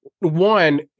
One